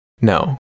No